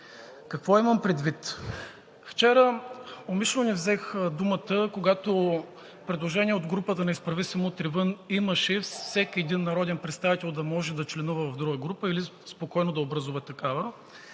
Какво имам предвид? Вчера умишлено не взех думата, когато имаше предложение от групата на „Изправи се! Мутри вън!“, всеки един народен представител да може да членува в друга група или спокойно да образува такава.